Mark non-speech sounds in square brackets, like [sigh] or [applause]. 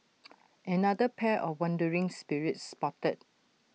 [noise] another pair of wandering spirits spotted